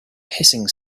hissing